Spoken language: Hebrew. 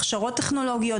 הכשרות טכנולוגיות,